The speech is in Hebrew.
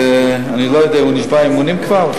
אני לא יודע, הוא נשבע אמונים כבר?